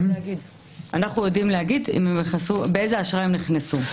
אנחנו יודעים להגיד באיזה אשרה הם נכנסו.